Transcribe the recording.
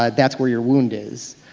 ah that's where your wound is,